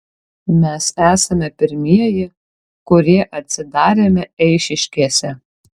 mes esame pirmieji kurie atsidarėme eišiškėse